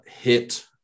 hit